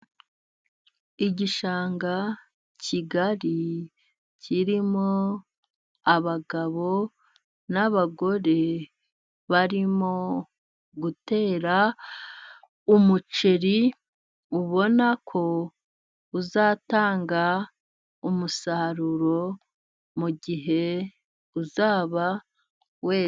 Igishanga kigari kirimo abagabo n'abagore barimo gutera umuceri ,ubona ko uzatanga umusaruro mu gihe uzaba weze.